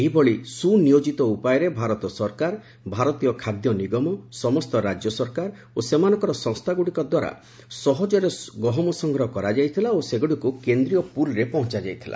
ଏହିଭଳି ସୁନିୟୋକିତ ଉପାୟରେ ଭାରତ ସରକାର ଭାରତୀୟ ଖାଦ୍ୟ ନିଗମ ସମସ୍ତ ରାଜ୍ୟ ସରକାର ଓ ସେମାନଙ୍କର ସଂସ୍ଥାଗୁଡ଼ିକଦ୍ୱାରା ସହଜରେ ଗହମ ସଂଗ୍ରହ କରାଯାଇଥିଲା ଓ ସେଗୁଡ଼ିକୁ କେନ୍ଦ୍ରୀୟ ପୁଲ୍ରେ ପହଞ୍ଚାଯାଇଥିଲା